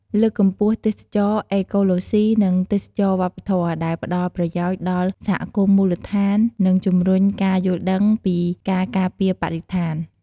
លើកកម្ពស់ទេសចរណ៍អេកូឡូស៊ី និងទេសចរណ៍វប្បធម៌ ដែលផ្តល់ប្រយោជន៍ដល់សហគមន៍មូលដ្ឋាន និងជំរុញការយល់ដឹងពីការការពារបរិស្ថាន។